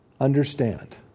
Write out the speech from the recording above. Understand